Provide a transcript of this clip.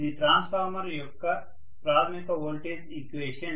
ఇది ట్రాన్స్ఫార్మర్ యొక్క ప్రాథమిక వోల్టేజ్ ఈక్వేషన్